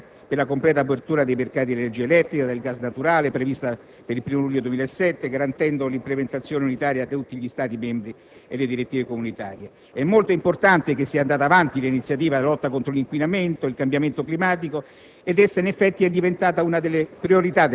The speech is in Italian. La Presidenza tedesca si è impegnata alla completa apertura dei mercati dell'energia elettrica e del gas naturale, prevista per il 1° luglio 2007, garantendo un'implementazione unitaria di tutti gli Stati membri delle direttive comunitarie. È molto importante che sia andata avanti l'iniziativa della lotta contro l'inquinamento e il cambiamento climatico;